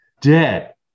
dead